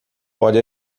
pode